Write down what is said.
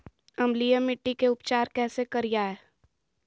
अम्लीय मिट्टी के उपचार कैसे करियाय?